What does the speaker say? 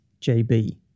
JB